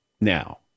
now